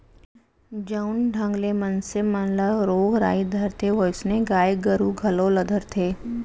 जउन ढंग ले मनसे मन ल रोग राई धरथे वोइसनहे गाय गरू घलौ ल धरथे